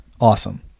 Awesome